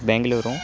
Bengaluru